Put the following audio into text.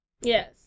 Yes